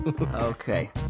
Okay